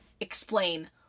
explain